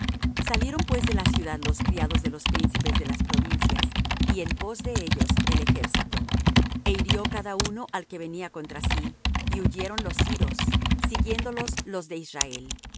salieron pues de la ciudad los criados de los príncipes de las provincias y en pos de ellos el ejército e hirió cada uno al que venía contra sí y huyeron los siros siguiéndolos los de israel